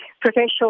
professional